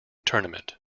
tournament